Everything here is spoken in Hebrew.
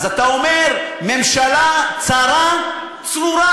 אז אתה אומר: ממשלה צרה צרורה.